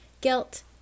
guilt